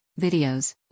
videos